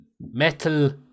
metal